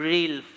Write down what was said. Real